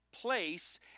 Place